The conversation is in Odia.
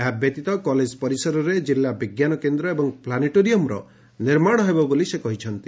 ଏହା ବ୍ୟତୀତ କଲେଜ ପରିସରରେ ଜିଲ୍ଲା ବିଙ୍କାନ କେନ୍ଦ ଏବଂ ପ୍ଲାନେଟୋରିୟମର ନିର୍ମାଣ ହେବ ବୋଲି କହିଛନ୍ତି